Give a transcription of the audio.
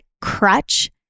crutch